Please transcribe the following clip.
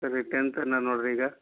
sir ಈಗ tenth ಏನೋ ನೋಡಿರಿ ಈಗ